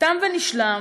תם ונשלם,